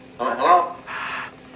Hello